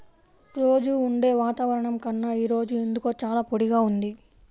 రోజూ ఉండే వాతావరణం కన్నా ఈ రోజు ఎందుకో చాలా పొడిగా ఉంది